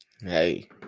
hey